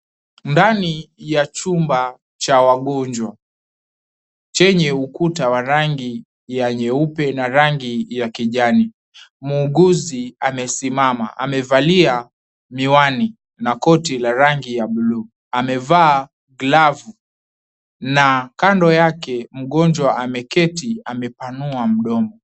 Ndani ya chumba cha wagonja, chenye ukuta wa rangi ya nyeupe na rangi ya kijani. Muuguzi amesimama, amaevalia miwani na koti la rangi ya buluu. Amevaa glavu na kando yake mgonjwa ameketi amepanua mdomo.